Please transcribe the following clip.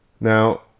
Now